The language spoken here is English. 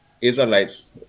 israelites